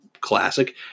classic